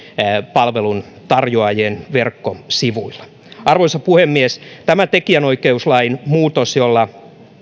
palveluntarjoajien verkkosivuista arvoisa puhemies tämä tekijänoikeuslain muutos jolla